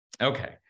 Okay